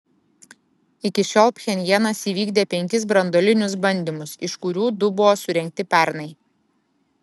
iki šiol pchenjanas įvykdė penkis branduolinius bandymus iš kurių du buvo surengti pernai